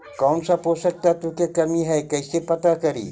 कौन पोषक तत्ब के कमी है कैसे पता करि?